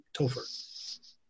Topher